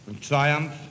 triumph